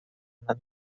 una